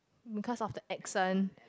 because of the accent